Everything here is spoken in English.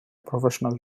professional